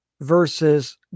versus